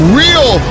real